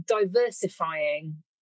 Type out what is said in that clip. diversifying